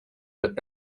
but